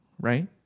right